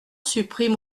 supprime